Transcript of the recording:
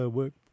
work